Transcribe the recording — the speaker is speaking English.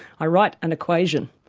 i write an equation,